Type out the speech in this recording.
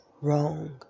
wrong